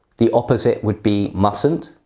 the opposite would be mustn't,